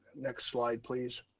next slide please.